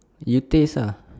you taste ah